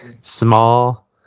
small